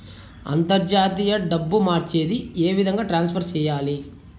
అంతర్జాతీయ డబ్బు మార్చేది? ఏ విధంగా ట్రాన్స్ఫర్ సేయాలి?